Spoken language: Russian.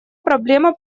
проблема